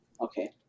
Okay